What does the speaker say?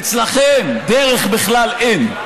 אצלכם, דרך בכלל אין,